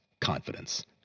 Confidence